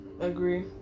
Agree